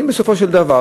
האם בסופו של דבר,